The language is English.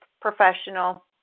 professional